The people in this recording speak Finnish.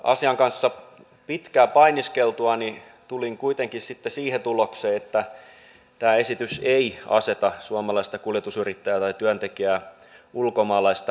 asian kanssa pitkään painiskeltuani tulin kuitenkin sitten siihen tulokseen että tämä esitys ei aseta suomalaista kuljetusyrittäjää tai työntekijää ulkomaalaista huonompaan asemaan